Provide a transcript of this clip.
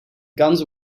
guns